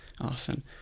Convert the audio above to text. often